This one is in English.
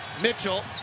Mitchell